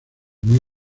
muy